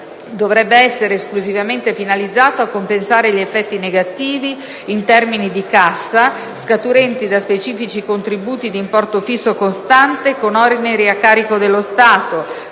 dovrebbe essere esclusivamente finalizzato a compensare gli effetti negativi, in termini di cassa, scaturenti da specifici contributi di importo fisso costante, con oneri a carico dello Stato,